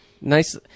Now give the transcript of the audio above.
Nice